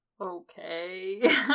Okay